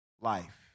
life